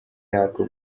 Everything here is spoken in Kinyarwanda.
yarwo